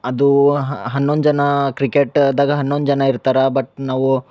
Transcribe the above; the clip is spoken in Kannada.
ಅದು ಹನ್ನೊಂದು ಜನ ಕ್ರಿಕೇಟ್ದಾಗ ಹನ್ನೊಂದು ಜನ ಇರ್ತರೆ ಬಟ್ ನಾವು